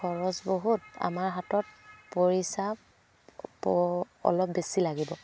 খৰচ বহুত আমাৰ হাতত পৰিচা প অলপ বেছি লাগিব